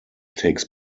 takes